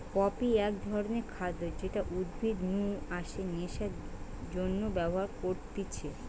poppy এক ধরণের খাদ্য যেটা উদ্ভিদ নু আসে নেশার জন্যে ব্যবহার করতিছে